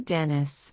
Dennis